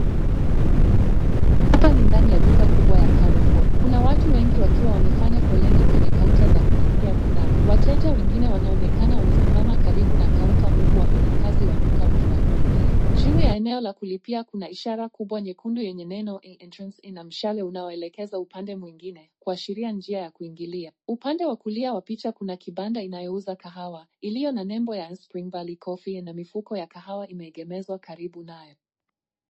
Hapa ni ndani ya duka kubwa ya Carrefour. Kuna watu wengi wakiwa wamefanya foleni kwenye kaunta za kulipia bidhaa. Wateja wengine wanaonekana wamesimama karibu na kaunta huku wafanyakazi wa duka wakiwahudumia. Juu ya eneo la kulipia kuna ishara kubwa nyekundu yenye neno Entrance ina mshale unaowaelekeza upande mwingine, kuashiria njia ya kuingililia. Upande wa kulia wa picha kuna kibanda inayouza kahawa, iliyo na nebo Spring Valley Coffee na mifuko ya kahawa imeegemezwa karibu nayo.